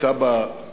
היתה בה מחיצה.